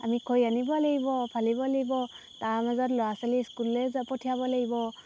আমি খৰি আনিব লাগিব ফালিব লাগিব তাৰ মাজত ল'ৰা ছোৱালী স্কুললৈ যা পঠিয়াব লাগিব